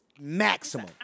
maximum